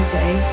day